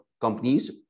companies